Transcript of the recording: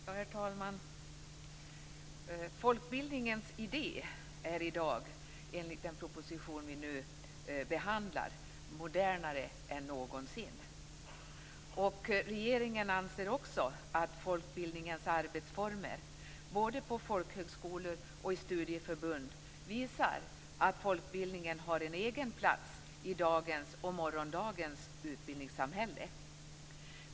Herr talman! Folkbildningens idé är i dag, enligt den proposition som vi nu behandlar, modernare än någonsin. Regeringen anser också att folkbildningens arbetsformer både på folkhögskolor och i studieförbund visar att folkbildningen har en egen plats i dagens och morgondagens utbildningssamhälle.